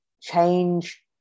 change